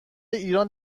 ایران